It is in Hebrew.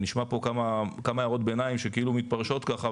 נשמעו פה כמה הערות ביניים שכאילו מתפרשות ככה,